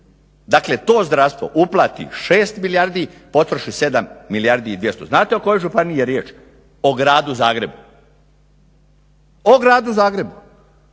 Dakle, to zdravstvo uplati 6 milijardi, potroši 7 milijardi i 200. Znate o kojoj županiji je riječ? O Gradu Zagrebu, kojem